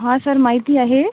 हां सर माहिती आहे